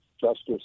Justice